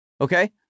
okay